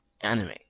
anime